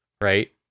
right